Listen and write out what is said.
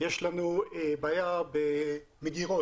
יש לנו בעיה במגירות,